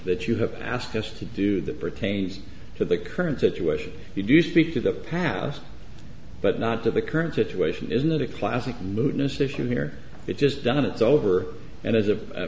that you have asked us to do that pertains to the current situation you do speak of the past but not to the current situation isn't that a classic lewdness issue here that just done it's over and as a